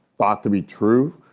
thought to be true.